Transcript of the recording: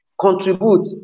contribute